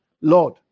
Lord